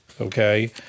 okay